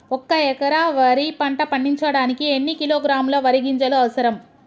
ఒక్క ఎకరా వరి పంట పండించడానికి ఎన్ని కిలోగ్రాముల వరి గింజలు అవసరం?